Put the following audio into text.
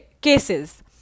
cases